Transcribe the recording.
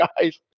guys